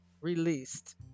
released